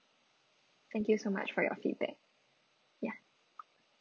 thank you so much for your feedback ya